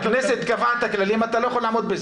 הכנסת קבעה את הכללים ואתה לא יכול לעמוד בזה.